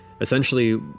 essentially